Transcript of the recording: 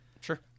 Sure